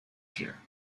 here